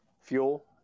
fuel